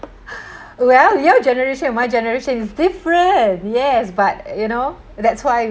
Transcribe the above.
well your generation and my generation is different yes but you know that's why